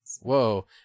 Whoa